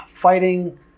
fighting